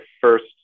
first